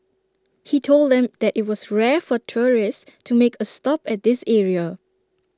he told them that IT was rare for tourists to make A stop at this area